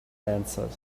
answered